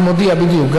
אני מודיע, בדיוק.